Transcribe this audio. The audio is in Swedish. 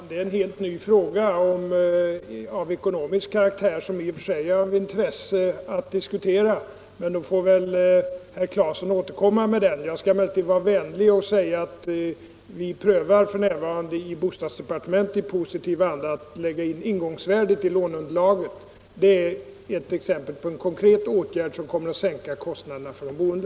Herr talman! Herr Claeson tar upp en helt ny fråga av ekonomisk karaktär som i och för sig är av intresse att diskutera, men herr Claeson får nog återkomma med den i annat sammanhang. I dag vill jag emellertid tillmötesgå honom genom att nämna att bostadsdepartementet f.n. i positiv anda prövar att lägga in ingångsvärdet för en fastighet i låneunderlaget. Det är ett exempel på en konkret åtgärd som kommer att innebära att kostnaderna sänks för de boende.